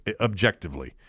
objectively